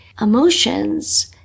emotions